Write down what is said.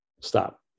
stop